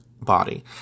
body